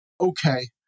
okay